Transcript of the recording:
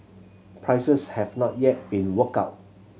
prices have not yet been worked out